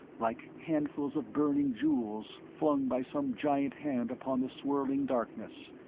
like handfuls of burning jewels flung by some giant hand upon the swirling darkness.